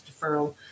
deferral